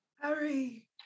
Harry